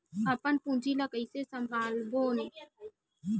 अपन पूंजी ला कइसे संभालबोन?